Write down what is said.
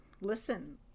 listen